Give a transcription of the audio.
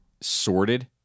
sorted